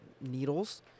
needles